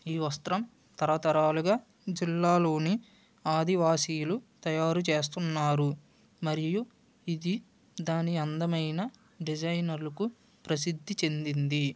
ఈ వస్త్రం తరతరాలుగా జిల్లాలోని ఆదివాసీయులు తయారు చేస్తున్నారు మరియు ఇది దాని అందమైన డిజైన్లకు ప్రసిద్ధి చెందింది